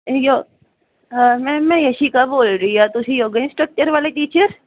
ma'am ਮੈਂ ਯਸ਼ਿਕਾ ਬੋਲ ਰਹੀ ਹਾਂ ਤੁਸੀਂ ਯੋੋਗਾ ਇੰਸਟਕਚਰ ਵਾਲੇ ਟੀਚਰ